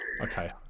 Okay